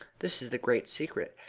this is the great secret.